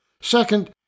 Second